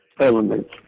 elements